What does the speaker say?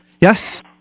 Yes